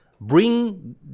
bring